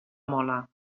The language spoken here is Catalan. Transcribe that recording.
mola